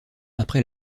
après